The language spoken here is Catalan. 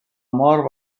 mort